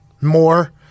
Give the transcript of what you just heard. more